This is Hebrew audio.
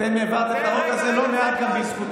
אתם העברתם את החוק הזה לא מעט גם בזכותנו.